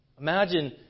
Imagine